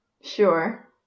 Sure